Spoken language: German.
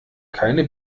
keine